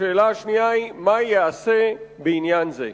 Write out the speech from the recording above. השאלה השנייה היא: מה ייעשה בעניין זה?